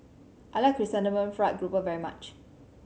I like Chrysanthemum Fried Grouper very much